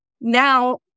now